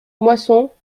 moissons